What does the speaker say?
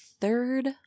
third